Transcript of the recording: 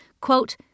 Quote